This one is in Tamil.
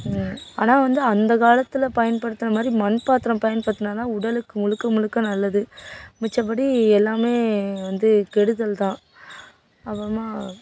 ஆனால் வந்து அந்த காலத்தில் பயன்படுத்தின மாதிரி மண் பாத்திரம் பயன்படுத்தினா தான் உடலுக்கு முழுக்க முழுக்க நல்லது மித்தபடி எல்லாமே வந்து கெடுதல் தான் அப்புறமா